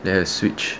let her switch